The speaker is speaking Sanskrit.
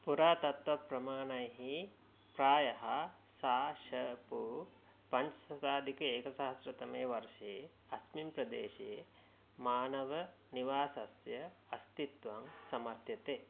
पुरातत्त्वप्रमाणैः प्रायः सा श पू पञ्चशताधिक एक सहस्रतमे वर्षे अस्मिन् प्रदेशे मानवनिवासस्य अस्तित्वं समर्थ्यते